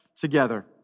together